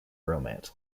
romance